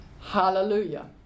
Hallelujah